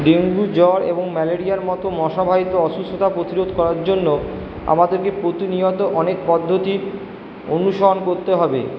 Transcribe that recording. dengue জ্বর এবং ম্যালেরিয়ার মতো মশাবাহিত অসুস্থতা প্রতিরোধ করার জন্য আমাদেরকে প্রতিনিয়ত অনেক পদ্ধতি অনুসরণ করতে হবে